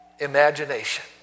imagination